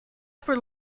upper